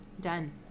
Done